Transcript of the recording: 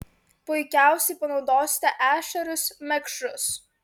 puikiausiai panaudosite ešerius mekšrus